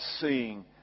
seeing